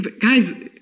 guys